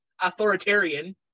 authoritarian